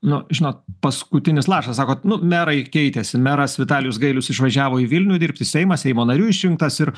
nu žinot paskutinis lašas sakot nu merai keitėsi meras vitalijus gailius išvažiavo į vilnių dirbti seimas seimo nariu išrinktas ir